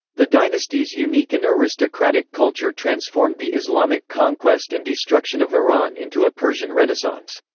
the dynasty's unique and aristocratic culture transformed the islamic conquest and destruction of iran into a persian renaissance.